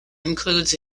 includes